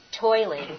toiling